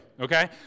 okay